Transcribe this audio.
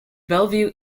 bellevue